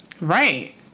Right